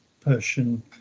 Persian